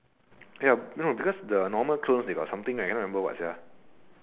ya no because the normal clones they got something I cannot remember what sia